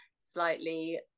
slightly